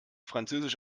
französisch